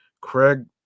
craig